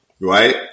right